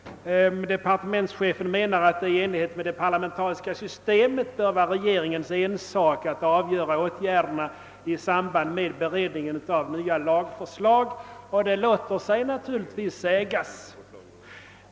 Departementschefen menar att det i enlighet med det parlamentariska systemet bör vara regeringens ensak att avgöra de åtgärder som skall vidtagas i samband med beredningen av nya lagförslag. Det låter sig naturligtvis sägas.